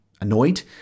annoyed